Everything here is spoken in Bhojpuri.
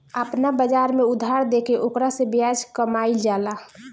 आपना बाजार में उधार देके ओकरा से ब्याज कामईल जाला